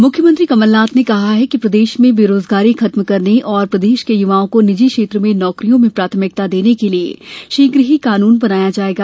कमलनाथ मुख्यमंत्री कमलनाथ ने कहा कि प्रदेश में बेरोजगारी खत्म करने और प्रदेश के युवाओं को निजी क्षेत्र में नौकरियों में प्राथमिकता देने के लिये शीघ्र ही कानन बनाया जायेगा